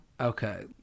Okay